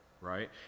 right